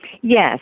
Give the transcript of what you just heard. Yes